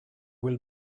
will